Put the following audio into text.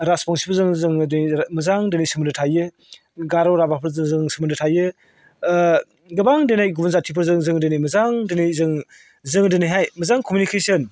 राजबंसिफोरजों जोङो दिनै मोजां दिनै सोमोनदो थायो गार' राभाफोरजों जों सोमोनदो थायो गोबां दिनै गुबुन जाथिफोरजों जोङो दिनै मोजां दिनै जों जोङो दिनैहाय मोजां कमिउनिकेशन